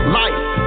life